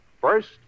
First